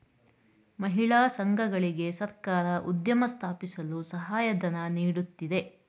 ಮಹಿಳಾ ಸಂಘಗಳಿಗೆ ಸರ್ಕಾರ ಉದ್ಯಮ ಸ್ಥಾಪಿಸಲು ಸಹಾಯಧನ ನೀಡುತ್ತಿದೆ